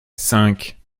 cinq